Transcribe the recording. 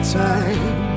time